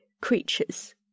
creatures